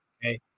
Okay